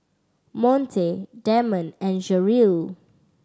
Monte Demond and Jeryl